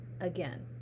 again